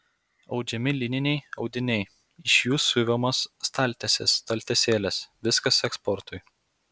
audžiami lininiai audiniai iš jų siuvamos staltiesės staltiesėlės viskas eksportui